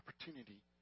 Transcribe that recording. opportunity